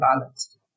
balanced